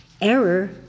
error